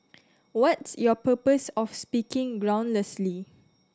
what's your purpose of speaking groundlessly